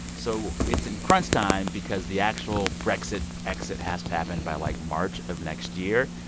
so it's in crunch time because the actual brexit exit has to happen by, like, march of next year.